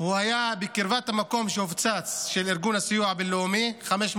הוא היה בקרבת המקום של ארגון הסיוע הבין-לאומי שהופצץ,